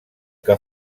que